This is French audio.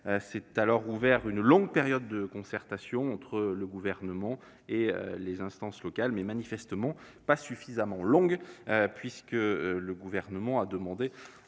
s'est alors ouverte une longue période de concertation entre le Gouvernement et les instances locales- manifestement, elle n'a pas été suffisamment longue, puisque le Gouvernement demande